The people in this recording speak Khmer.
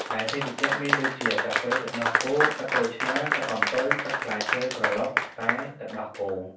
ឯភេសជ្ជៈមានដូចជាកាហ្វេទឹកដោះគោ ទឹកក្រូចឆ្មារ ទឹកអំពៅ ទឹកផ្លែឈើក្រឡុក តែទឹកដោះគោ ។